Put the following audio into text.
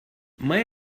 may